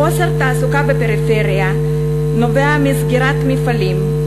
חוסר התעסוקה בפריפריה נובע מסגירת מפעלים,